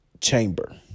chamber